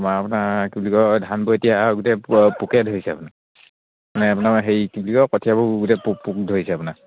আমাৰ আপোনাৰ কি বুলি কয় ধানবোৰ এতিয়া গোটেই পোকে ধৰিছে আপোনাৰ মানে আপোনাৰ হেৰি কি বুলি কৰ কঠীয়াবোৰ গোটেই পোক পোক ধৰিছে আপোনাৰ